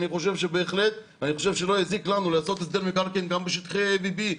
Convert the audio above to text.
אני חושב שבהחלט לא יזיק לנו לעשות הסדר מקרקעין גם בשטחי A ו-B,